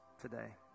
today